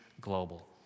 global